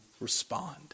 respond